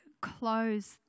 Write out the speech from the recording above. close